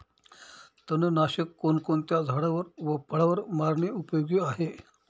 तणनाशक कोणकोणत्या झाडावर व फळावर मारणे उपयोगी आहे?